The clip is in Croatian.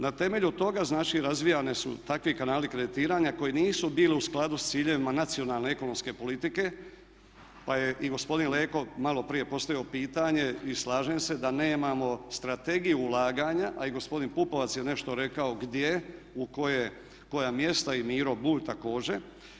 Na temelju toga, znači razvijani su takvi kanali kreditiranja koji nisu bili u skladu sa ciljevima nacionalne ekonomske politike, pa je i gospodin Leko malo prije postavio pitanje i slažem se da nemamo Strategije ulaganja, a i gospodin Pupovac je neto rekao gdje, u koja mjesta i Miro Bulj također.